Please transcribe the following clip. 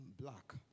black